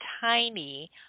tiny